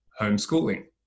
homeschooling